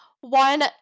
one